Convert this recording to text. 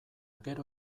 gero